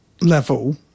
level